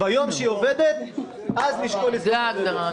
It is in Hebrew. ביום שהיא עובדת נשקול לסגור את השדה.